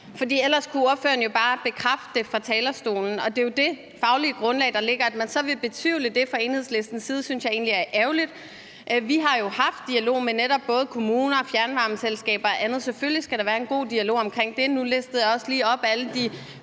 ellers kunne ordføreren jo bare bekræfte det fra talerstolen. Det er jo det faglige grundlag, der ligger. At man så vil betvivle det fra Enhedslistens side, synes jeg egentlig er ærgerligt. Vi har jo netop haft dialog med kommuner og fjernvarmeselskaber og andet, for selvfølgelig skal der være en god dialog om det. Nu listede jeg også lige alle de